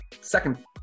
second